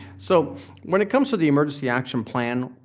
so when it comes to the emergency action plan,